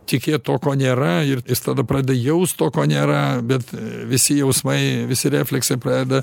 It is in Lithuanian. tikėt tuo ko nėra ir tada pradeda jaust to ko nėra bet visi jausmai visi refleksai pradeda